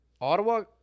Ottawa